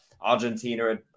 Argentina